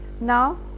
now